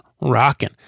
rocking